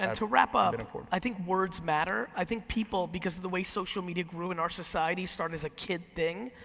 and to wrap up, and i think words matter, i think people, because of the way social media grew in our society, started as a kid thing.